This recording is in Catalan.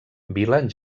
vila